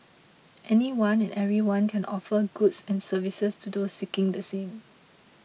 anyone and everyone can offer goods and services to those seeking the same